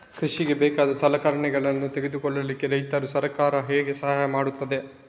ಕೃಷಿಗೆ ಬೇಕಾದ ಸಲಕರಣೆಗಳನ್ನು ತೆಗೆದುಕೊಳ್ಳಿಕೆ ರೈತರಿಗೆ ಸರ್ಕಾರ ಹೇಗೆ ಸಹಾಯ ಮಾಡ್ತದೆ?